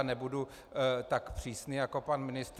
Nebudu tak přísný jako pan ministr.